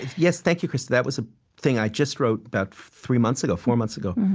yes, thank you, krista. that was a thing i just wrote about three months ago, four months ago.